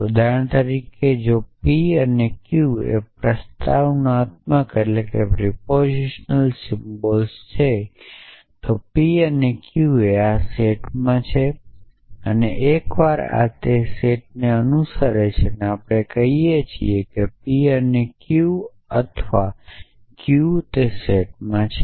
ઉદાહરણ તરીકે જો p અને q એ પ્રસ્તાવનાત્મક સિમ્બલ્સ છે તો p અને q એ આ સેટમાં છે અને એકવાર આ સેટને અનુસરે છે ત્યારે આપણે કહી શકીએ છીએ કે p અને q અથવા q સેટમાં છે